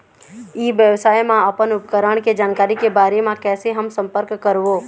ई व्यवसाय मा अपन उपकरण के जानकारी के बारे मा कैसे हम संपर्क करवो?